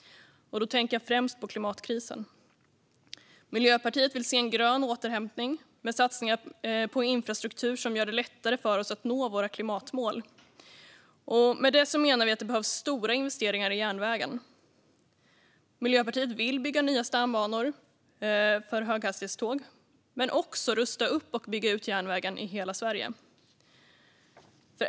Då tänker jag främst på klimatkrisen. Miljöpartiet vill se en grön återhämtning med satsningar på infrastruktur som gör det lättare för oss att nå våra klimatmål. Med det menar vi att det behövs stora investeringar i järnvägen. Miljöpartiet vill bygga nya stambanor för höghastighetståg men också rusta upp och bygga ut järnvägen i hela Sverige.